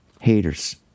Haters